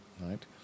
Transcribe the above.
right